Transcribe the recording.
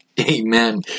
Amen